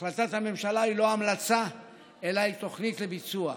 החלטת הממשלה היא לא המלצה אלא היא תוכנית לביצוע.